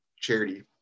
Charity